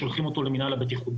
שולחים אותו למינהל הבטיחות.